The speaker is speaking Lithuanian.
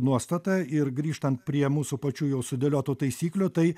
nuostatą ir grįžtant prie mūsų pačių jau sudėliotų taisyklių tai